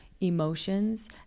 emotions